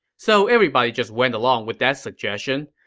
so everybody just went along with that suggestion.